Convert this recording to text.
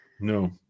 No